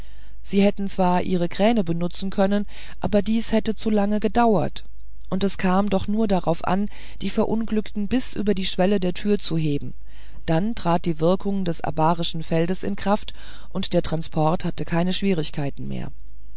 sie hätten zwar ihre kräne benutzen können aber dies hätte zu lange gedauert und es kam auch nur darauf an die verunglückten bis über die schwelle der tür zu heben dann trat die wirkung des abarischen feldes in kraft und der transport hatte keine schwierigkeiten mehr